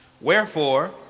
Wherefore